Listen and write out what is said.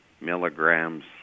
milligrams